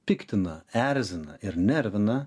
piktina erzina ir nervina